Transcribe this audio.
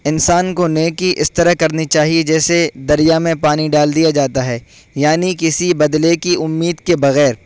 انسان کو نیکی اس طرح کرنی چاہیے جیسے دریا میں پانی ڈال دیا جاتا ہے یعنی کسی بدلے کی امید کے بغیر